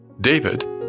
David